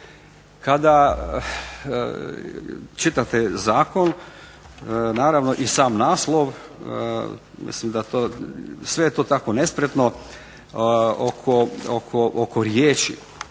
Kada čitate zakon naravno i sam naslov, mislim da to, sve je to tako nespretno oko riječi.